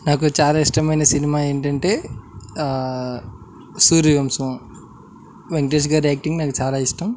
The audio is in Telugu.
నాకు చాలా ఇష్టమైన సినిమా ఏమిటి అంటే సూర్యవంశం వెంకటేష్గారి యాక్టింగ్ నాకు చాలా ఇష్టం